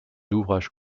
d’ouvrages